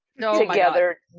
together